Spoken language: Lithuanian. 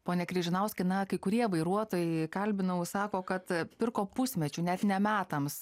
pone križinauskai na kai kurie vairuotojai kalbinau sako kad pirko pusmečiui net ne metams